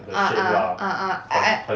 ah ah ah ah I I